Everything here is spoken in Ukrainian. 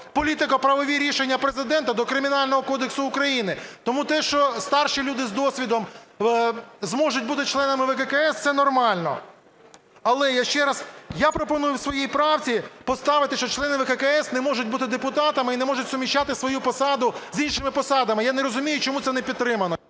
політико-правові рішення Президента до Кримінального кодексу України. Тому те, що старші люди з досвідом зможуть бути членами ВККС, це нормально. Але я ще раз... Я пропоную в своїй правці поставити, що члени ВККС не можуть бути депутатами і не можуть суміщати свою посаду з іншими посадами. Я не розумію, чому це не підтримано.